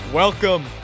Welcome